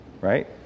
right